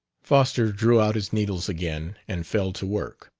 foster drew out his needles again and fell to work.